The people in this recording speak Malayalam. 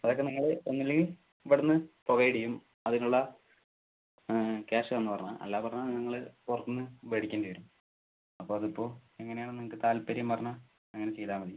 അതൊക്കെ നിങ്ങൾ ഒന്നില്ലെങ്കിൽ ഇവിടുന്ന് പ്രൊവൈഡ് ചെയ്യും അതിനുള്ള ക്യാഷ് തന്ന് പറഞ്ഞാൽ അല്ല പറഞ്ഞാൽ നിങ്ങൾ പുറത്തുനിന്ന് മേടിക്കേണ്ടി വരും അപ്പോൾ അതിപ്പോൾ എങ്ങനെയാണ് നിങ്ങൾക്ക് താൽപര്യം പറഞ്ഞാൽ അങ്ങനെ ചെയ്താൽ മതി